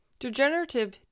Degenerative